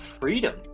freedom